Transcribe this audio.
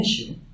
issue